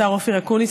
השר אופיר אקוניס,